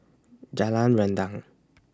Jalan Rendang